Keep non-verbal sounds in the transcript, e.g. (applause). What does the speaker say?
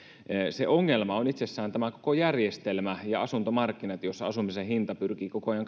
se ongelma on itsessään tämä koko järjestelmä ja asuntomarkkinat joissa asumisen hinta pyrkii koko ajan (unintelligible)